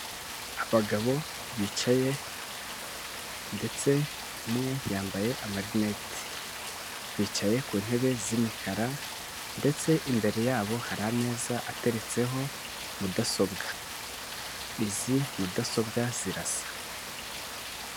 Abagabo bicaye ndetse umwe yambaye amarinete. Bicaye ku ntebe z'imikara ndetse imbere yabo hari ameza ateretseho mudasobwa. Izi mudasobwa zirasa.